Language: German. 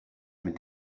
mit